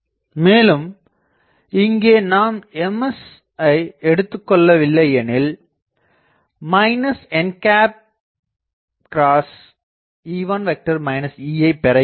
மேலும் இங்கே நாம் Msஐ எடுத்துக் கொள்ளவில்லையெனில் nஐ பெற இயலாது